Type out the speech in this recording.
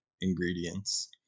ingredients